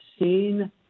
Seen